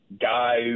guys